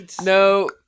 No